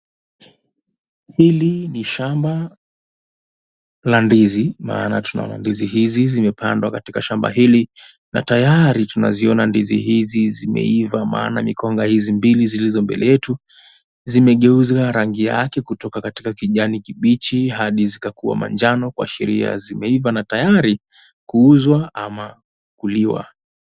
Hili ni shamba la ndizi maana tunaona ndizi hizi zimepandwa katika shamba hili na tayari tunaona ndizi hizi zimeiva maana mikonga hizi mbili zilizo mbele yetu zimegeuza rangi yake kutoka katika kijanikibichi hadi zikakua manjano kuashiria zimeiva na tayari kuuzwa ama kuliwa.